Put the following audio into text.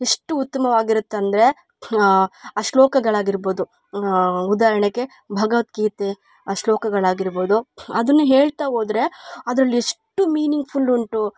ಎಷ್ಟು ಉತ್ತಮವಾಗಿರುತ್ತೆ ಅಂದರೆ ಆ ಶ್ಲೋಕಗಳಾಗಿರ್ಬೋದು ಉದಾಹರಣೆಗೆ ಭಗವದ್ಗೀತೆ ಶ್ಲೋಕಗಳಾಗಿರ್ಬೋದು ಅದನ್ನ ಹೇಳ್ತ ಹೋದ್ರೆ ಅದ್ರಲ್ಲಿ ಎಷ್ಟು ಮೀನಿಂಗ್ಫುಲ್ ಉಂಟು